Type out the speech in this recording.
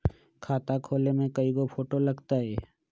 खाता खोले में कइगो फ़ोटो लगतै?